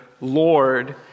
Lord